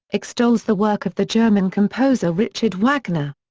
extols the work of the german composer richard wagner.